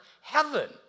heaven